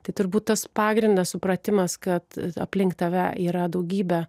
tai turbūt tas pagrindas supratimas kad aplink tave yra daugybė